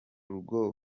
rugo